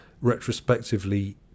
retrospectively